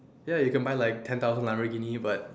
ya you can buy like ten thousand Lamborghini but